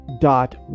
dot